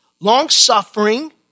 long-suffering